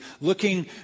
looking